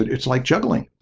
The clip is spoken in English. it's like juggling.